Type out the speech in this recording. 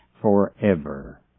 forever